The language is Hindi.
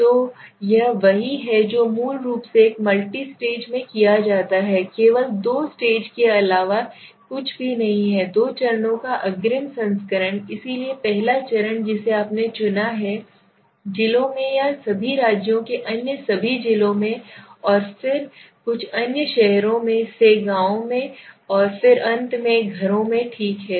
तो यह वही है जो मूल रूप से एक मल्टी स्टेज में किया जाता है केवल दो स्टेज के अलावा कुछ भी नहीं है दो चरणों का अग्रिम संस्करण इसलिए पहला चरण जिसे आपने चुना है जिलों या सभी राज्यों के अन्य सभी जिलों में और फिर कुछ अन्य शहरों से गांवों और फिर अंत में घरों में ठीक है